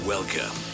Welcome